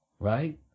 Right